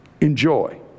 Enjoy